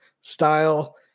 style